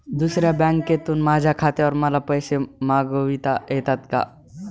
दुसऱ्या बँकेतून माझ्या खात्यावर मला पैसे मागविता येतात का?